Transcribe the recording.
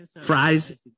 fries